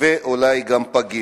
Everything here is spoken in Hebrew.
ואולי גם פגים.